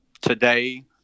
today